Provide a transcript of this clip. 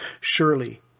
Surely